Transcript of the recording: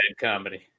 comedy